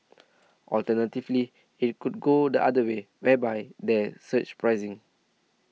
alternatively it could go the other way whereby there's surge pricing